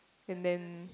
and then